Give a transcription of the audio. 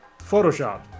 Photoshop